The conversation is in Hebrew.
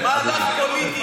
אתה יכול להגיד: מהלך פוליטי,